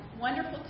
wonderful